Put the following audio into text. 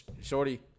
shorty